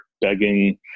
begging